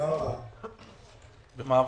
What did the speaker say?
מי